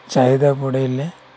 ଚାହିଦା ବଢ଼େଇଲେ